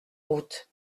route